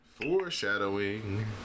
Foreshadowing